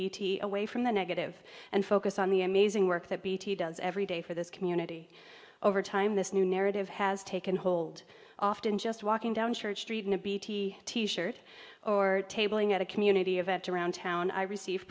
bt away from the negative and focus on the amazing work that bt does every day for this community over time this new narrative has taken hold often just walking down church street in a bt t shirt or tabling at a community event around town i received